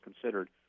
considered